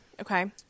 okay